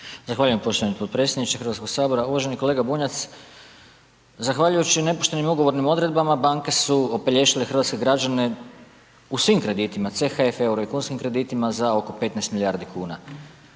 Zahvaljujem poštovani potpredsjedniče HS. Uvaženi kolega Bunjac, zahvaljujući nepoštenim i ugovornim odredbama banke su opelješile hrvatske građane u svim kreditima CHF, EUR i kunskim kreditima za oko 15 milijardi kuna.